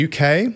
UK